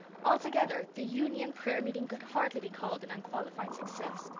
altogether the union prayer-meeting could hardly be called an unqualified success.